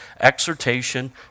exhortation